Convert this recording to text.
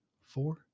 four